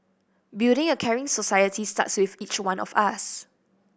building a caring society starts with each one of us